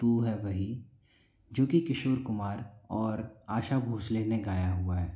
तू है वही जो कि किशोर कुमार और आशा भोसले ने गया हुआ है